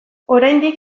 oraindik